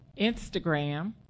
Instagram